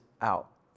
out